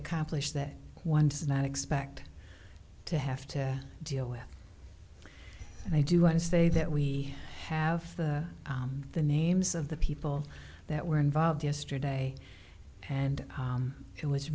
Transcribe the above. accomplished that one does not expect to have to deal with and i do want to say that we have the names of the people that were involved yesterday and it was